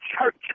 church